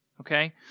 okay